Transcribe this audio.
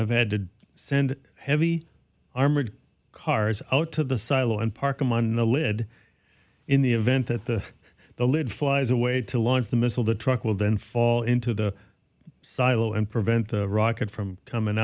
have had to send heavy armored cars out to the silo and park them on the lead in the event that the the lid flies away to launch the missile the truck will then fall into the silo and prevent the rocket from coming